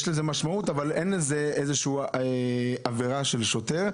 יש לזה משמעות, אבל זה לא נחשב עבירה של שוטר.